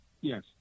Yes